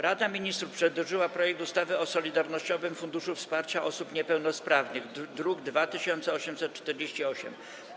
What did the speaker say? Rada Ministrów przedłożyła projekt ustawy o Solidarnościowym Funduszu Wsparcia Osób Niepełnosprawnych, druk nr 2848.